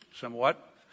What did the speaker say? somewhat